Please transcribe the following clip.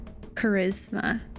charisma